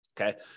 Okay